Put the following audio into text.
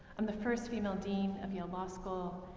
i'm the first female dean of yale law school.